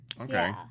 Okay